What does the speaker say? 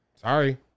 Sorry